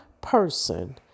person